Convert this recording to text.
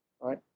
right